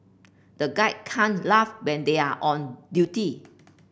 the guard can't laugh when they are on duty